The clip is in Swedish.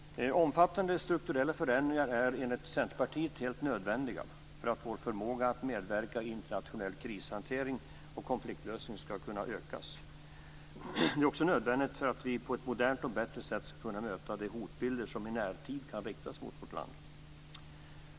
Omfattande strukturella förändringar är, enligt Centerpartiet, helt nödvändiga för att vår förmåga att medverka i internationell krishantering och konfliktlösning ska kunna ökas. De är också nödvändiga för att vi på ett modernt och bättre sätt ska kunna möta de hotbilder som i närtid kan riktas mot vårt land.